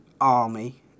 army